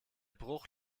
bruch